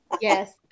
Yes